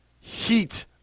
heat